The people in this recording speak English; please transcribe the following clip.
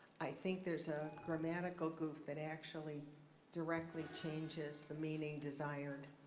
i think there's a grammatical goof that actually directly changes the meaning desired.